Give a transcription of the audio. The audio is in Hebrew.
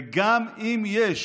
וגם אם יש